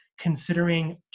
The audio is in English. considering